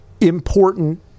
important